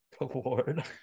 award